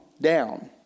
down